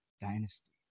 dynasty